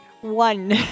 one